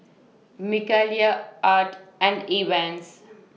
Mikaela Art and Evans